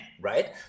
right